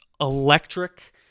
electric